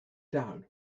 down